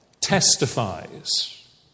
testifies